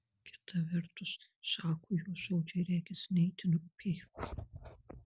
kita vertus šachui jo žodžiai regis ne itin rūpėjo